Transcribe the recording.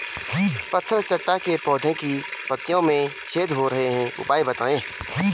पत्थर चट्टा के पौधें की पत्तियों में छेद हो रहे हैं उपाय बताएं?